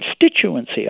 constituency